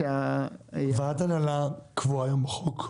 ועדת הנהלה קבועה היום בחוק?